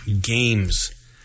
games